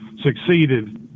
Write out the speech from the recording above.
succeeded